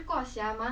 oh is it